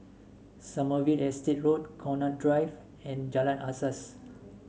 Sommerville Estate Road Connaught Drive and Jalan Asas